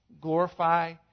Glorify